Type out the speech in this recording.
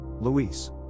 Luis